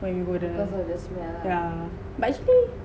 when you go there yeah but actually